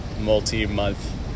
multi-month